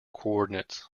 coordinates